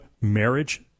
marriage